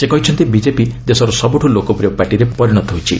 ସେ କହିଛନ୍ତି ବିଜେପି ଦେଶର ସବୁଠୁ ଲୋକପ୍ରିୟ ପାର୍ଟିରେ ପରିଣତ ହୋଇଛି